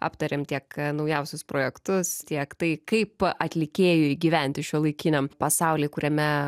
aptarėm tiek naujausius projektus tiek tai kaip atlikėjui gyventi šiuolaikiniam pasauly kuriame